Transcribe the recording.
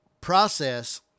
process